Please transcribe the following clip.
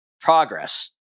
progress